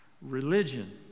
Religion